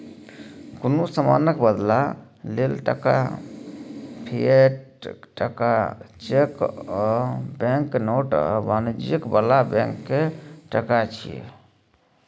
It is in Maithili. कुनु समानक बदला लेल टका, फिएट टका, चैक आ बैंक नोट आ वाणिज्य बला बैंक के टका छिये